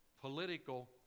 political